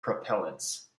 propellants